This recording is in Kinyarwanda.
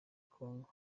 congo